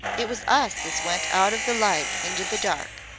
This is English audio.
it was us as went out of the light into the dark.